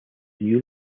new